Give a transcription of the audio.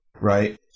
right